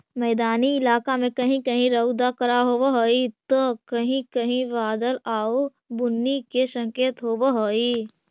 मैदानी इलाका में कहीं कहीं रउदा कड़ा होब हई त कहीं कहीं बादल आउ बुन्नी के संकेत होब हई